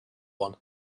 one